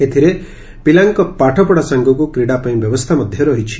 ଏଥିରେ ପିଲାଙ୍କ ପାଠପମା ସାଙ୍ଗକୁ କ୍ରୀଡ଼ାପାଇଁ ବ୍ୟବସ୍ରା ରହିବ